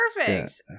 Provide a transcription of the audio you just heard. perfect